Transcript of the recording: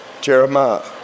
Jeremiah